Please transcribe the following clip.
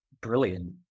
brilliant